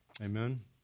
Amen